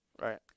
Right